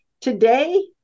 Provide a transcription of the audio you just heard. today